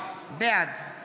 בעד